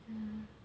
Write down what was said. ya